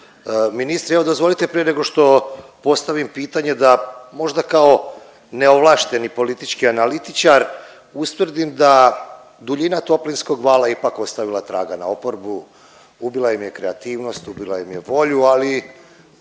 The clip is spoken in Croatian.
ministri. Evo dozvolite prije nego što postavim pitanje da možda kao neovlašteni politički analitičar ustvrdim da duljina toplinskog vala je ipak ostavila traga na oporbu, ubila im je kreativnost, ubila im je volju ali